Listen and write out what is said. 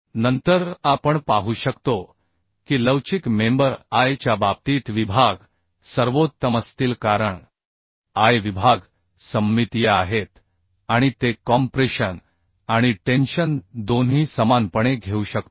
नंतर आपण पाहू शकतो की लवचिक मेंबर I च्या बाबतीत विभाग सर्वोत्तम असतील कारण I विभाग सममितीय आहेत आणि ते कॉम्प्रेशन आणि टेन्शन दोन्ही समानपणे घेऊ शकतात